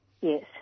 Yes